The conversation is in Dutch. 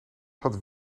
had